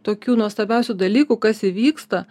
tokių nuostabiausių dalykų kas įvyksta